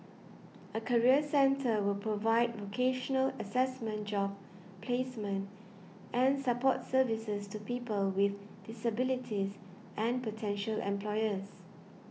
a career centre will provide vocational assessment job placement and support services to people with disabilities and potential employers